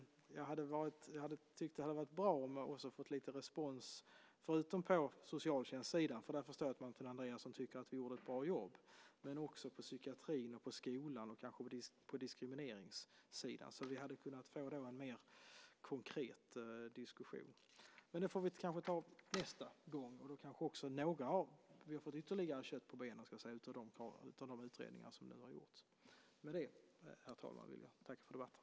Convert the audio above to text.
Jag hade tyckt att det hade varit bra om jag hade fått lite respons, förutom på socialtjänstsidan - där förstår jag att Martin Andreasson tycker att vi gjorde ett bra jobb - när det gäller psykiatrin, skolan och kanske diskrimineringssidan. Vi hade då kunnat få en mer konkret diskussion. Men det får vi kanske ta nästa gång. Då kanske vi har fått ytterligare kött på benen av de utredningar som nu har gjorts. Med det, herr talman, vill jag tacka för debatten.